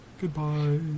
Goodbye